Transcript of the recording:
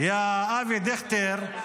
יא אבי דיכטר,